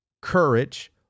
courage